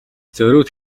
зориуд